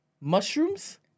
mushrooms